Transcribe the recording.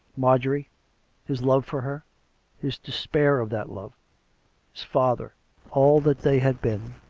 marjorie his love for her his despair of that love his father all that they had been,